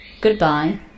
Goodbye